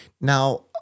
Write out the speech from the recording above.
Now